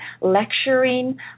lecturing